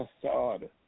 facade